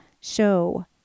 show